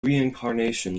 reincarnation